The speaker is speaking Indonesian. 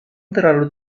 terlalu